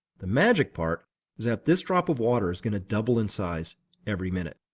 the magic part is that this drop of water is going to double in size every minute.